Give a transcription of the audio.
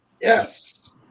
Yes